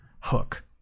Hook